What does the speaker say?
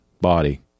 body